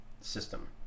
system